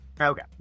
Okay